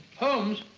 holmes,